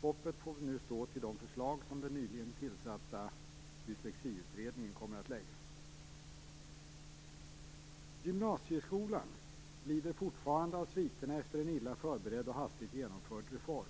Hoppet får nu stå till de förslag som den nyligen tillsatta Dyslexiutredningen kommer att lägga fram. Gymnasieskolan lider fortfarande av sviterna efter en illa förberedd och hastigt genomförd reform.